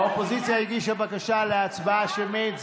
האופוזיציה הגישה בקשה להצבעה שמית.